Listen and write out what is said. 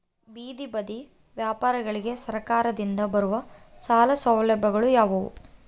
ಬೇದಿ ಬದಿ ವ್ಯಾಪಾರಗಳಿಗೆ ಸರಕಾರದಿಂದ ಬರುವ ಸಾಲ ಸೌಲಭ್ಯಗಳು ಯಾವುವು?